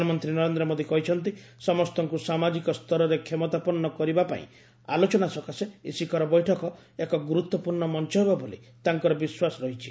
ପ୍ରଧାନମନ୍ତ୍ରୀ ନରେନ୍ଦ୍ର ମୋଦି କହିଛନ୍ତି ସମସ୍ତଙ୍କୁ ସାମାଜିକ ସ୍ତରରେ କ୍ଷମତାପନ୍ନ କରିବା ପାଇଁ ଆଲୋଚନା ସକାଶେ ଏହି ଶିଖର ବୈଠକ ଏକ ଗୁରୁତ୍ୱପୂର୍ଣ୍ଣ ମଞ୍ଚ ହେବ ବୋଲି ତାଙ୍କର ବିଶ୍ୱାସ ରହିଛି